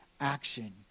action